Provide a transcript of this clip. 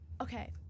Okay